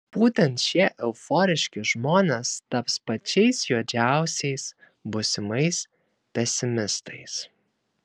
būtent šie euforiški žmonės taps pačiais juodžiausiais būsimais pesimistais